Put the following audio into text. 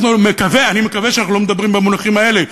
אני מקווה שאנחנו לא מדברים במונחים האלה,